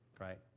right